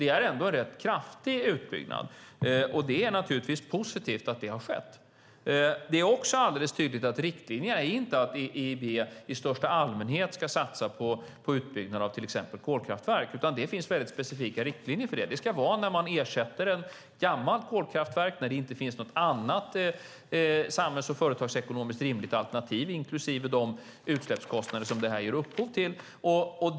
Det är ändå en rätt kraftig utbyggnad, och det är naturligtvis positivt att det har skett. Det är också alldeles tydligt att riktlinjerna inte är att EIB i största allmänhet ska satsa på utbyggnad av till exempel kolkraftverk, utan det finns väldigt specifika riktlinjer för det. Det ska vara när man ersätter ett gammalt kolkraftverk och det inte finns något samhälls och företagsekonomiskt rimligt alternativ inklusive de utsläppskostnader som det här ger upphov till.